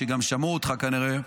שגם שמעו אותך כנראה,